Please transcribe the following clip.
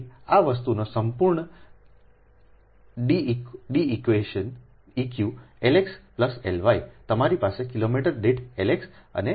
તેથી આ વસ્તુનો સંપૂર્ણ ઇન્Deq્ટેન્સ L x plus L y તમારી પાસે કિલોમીટર દીઠ L x અને L y 1